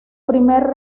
primer